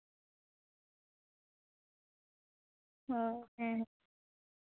ᱚᱸᱻ ᱦᱮᱸ